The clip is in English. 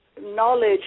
knowledge